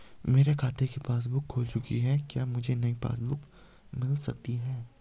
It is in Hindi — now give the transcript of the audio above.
मेरे खाते की पासबुक बुक खो चुकी है क्या मुझे नयी पासबुक बुक मिल सकती है?